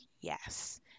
yes